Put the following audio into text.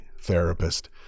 therapist